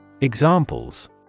Examples